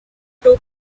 two